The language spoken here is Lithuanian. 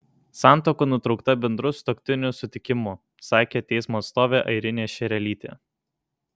santuoka nutraukta bendru sutuoktinių sutikimu sakė teismo atstovė airinė šerelytė